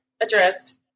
addressed